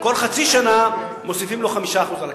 כל חצי שנה מוסיפים לו 5% על הקנס,